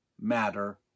matter